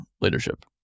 leadership